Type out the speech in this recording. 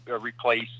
replace